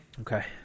Okay